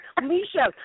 Misha